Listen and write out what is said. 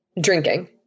drinking